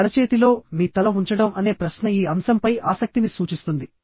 మీ అరచేతిలో మీ తల ఉంచడం అనే ప్రశ్న ఈ అంశంపై ఆసక్తిని సూచిస్తుంది